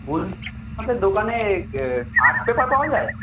বলছি আপনাদের দোকানে আর্ট পেপার পাওয়া যায়